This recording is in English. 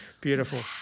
Beautiful